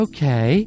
Okay